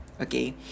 Okay